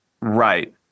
Right